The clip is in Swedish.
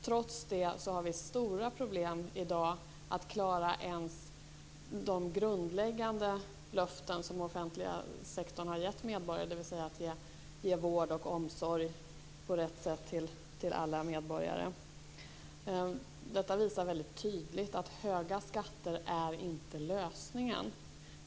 Trots det har vi i dag stora problem med att klara ens de grundläggande löften som den offentliga sektorn har givit medborgarna, dvs. att ge vård och omsorg på rätt sätt till alla medborgare. Detta visar väldigt tydligt att höga skatter inte är lösningen.